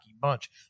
bunch